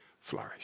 flourish